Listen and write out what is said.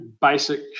basic